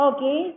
Okay